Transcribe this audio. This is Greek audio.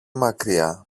μακριά